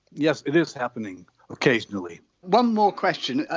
yes, it is happening occasionally one more question,